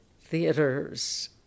theaters